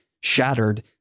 shattered